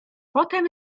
potem